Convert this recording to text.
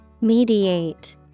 Mediate